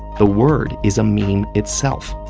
the word is a meme itself.